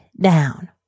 down